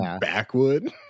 backwood